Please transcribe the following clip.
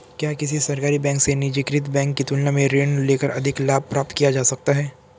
क्या किसी सरकारी बैंक से निजीकृत बैंक की तुलना में ऋण लेकर अधिक लाभ प्राप्त किया जा सकता है?